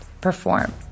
perform